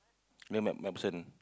near Mac MacPherson